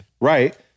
right